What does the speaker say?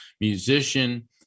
musician